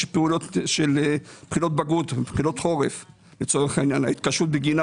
יש פעולות של בחינות בגרות חורף ההתקשרות בגינן